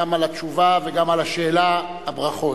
גם על התשובה וגם על השאלה והברכות.